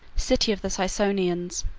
city of the ciconians,